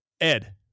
Ed